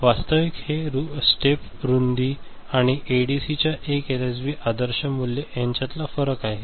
वास्तविक हे स्टेप रूंदी आणि एडीसीच्या 1 एलएसबीचे आदर्श मूल्य यांच्यातला फरक आहे